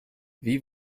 wie